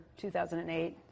2008